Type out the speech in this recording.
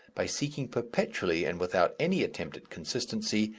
by seeking perpetually and without any attempt at consistency,